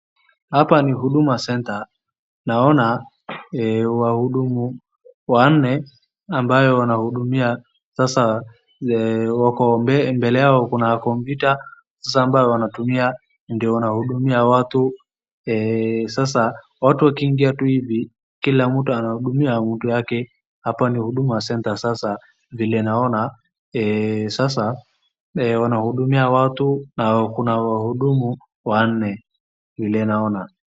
Hapa ni Kituo cha Huduma. Naona wafanyakazi wanne wanaohudumia. Sasa wako mbele kwenye kompyuta wakitumia nje, wakihudumia watu. Kila mtu anapata huduma yake. Hapa ni Kituo cha Huduma, ambapo wafanyakazi wanahudumia watu.